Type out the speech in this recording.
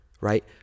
Right